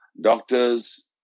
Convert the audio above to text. doctors